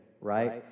right